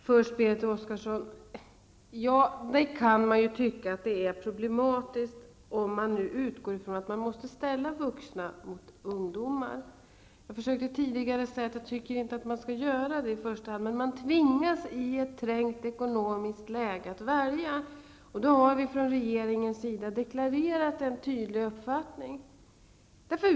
Herr talman! Man kan ju tycka, Berit Oscarsson, att det är problematiskt om man utgår ifrån att man måste ställa vuxna mot ungdomar. Jag tycker inte att man skall göra det i första hand, men man tvingas i ett trängt ekonomiskt läge att välja. Då har vi från regeringens sida deklarerat en tydlig uppfattning.